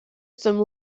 some